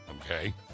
Okay